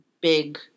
big